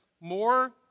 more